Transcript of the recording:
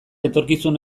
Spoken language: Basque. etorkizun